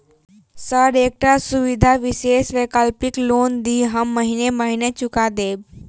Sir एकटा सुविधा विशेष वैकल्पिक लोन दिऽ हम महीने महीने चुका देब?